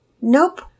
Nope